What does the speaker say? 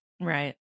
right